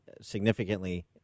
significantly